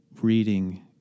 reading